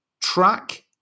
track